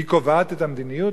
היא קובעת את המדיניות?